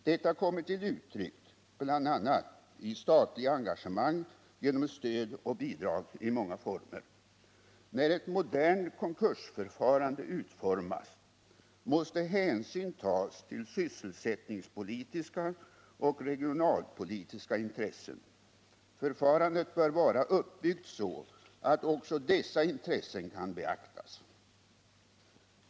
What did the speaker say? Detta kommer till uttryck bl.a. i statliga engagemang genom stöd och bidrag i många former. När ett modernt konkursförfarande utformas måste hänsyn tas till sysselsättningspolitiska och regionalpolitiska intressen. Förfarandet bör vara uppbyggt så att även dessa intressen kan beaktas.